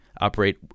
operate